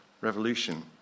Revolution